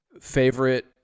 Favorite